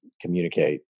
communicate